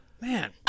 Man